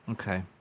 Okay